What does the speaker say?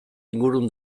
inguru